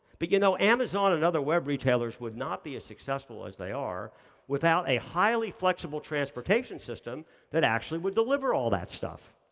but you know, amazon and other web retailers would not be as successful as they are without a highly flexible transportation system that actually would deliver all that stuff.